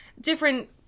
different